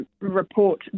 report